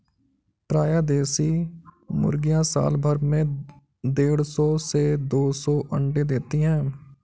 प्रायः देशी मुर्गियाँ साल भर में देढ़ सौ से दो सौ अण्डे देती है